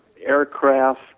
aircraft